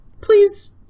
please